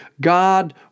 God